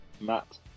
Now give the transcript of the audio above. Matt